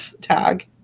tag